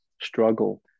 struggle